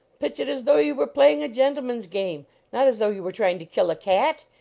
pitch it as though you were playing a gentleman s game not as though you were trying to kill a cat!